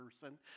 person